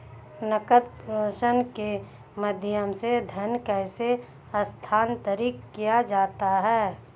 नकद प्रेषण के माध्यम से धन कैसे स्थानांतरित किया जाता है?